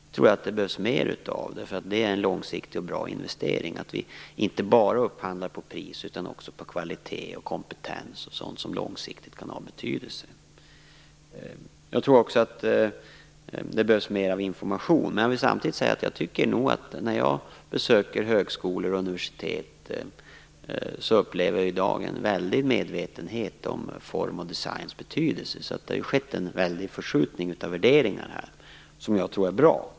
Jag tror att det behövs mer av det. Det är nämligen en långsiktig och bra investering. Man skall inte bara upphandla efter pris, utan också efter kvalitet och kompetens och sådant som kan ha långsiktig betydelse. Jag tror också det behövs mer information. Samtidigt tycker jag att när jag besöker högskolor och universitet upplever jag i dag en väldig medvetenhet om formens och designens betydelse. Det har skett en väldig förskjutning av värderingar, som jag tror är bra.